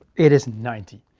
it is ninety.